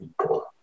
people